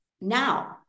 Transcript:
Now